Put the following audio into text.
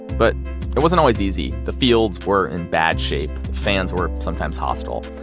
but it wasn't always easy. the fields were in bad shape, fans were sometimes hostile,